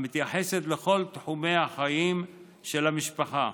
המתייחסת לכל תחומי החיים של המשפחה.